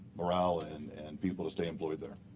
morale and and people to stay employed there.